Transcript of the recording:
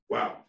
Wow